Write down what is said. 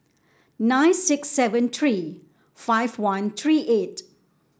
nine six seven three five one three eight